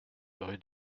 rue